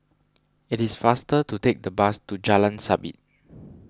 it is faster to take the bus to Jalan Sabit